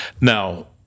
Now